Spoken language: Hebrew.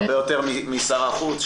הרבה יותר משר החוץ,